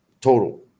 total